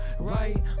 Right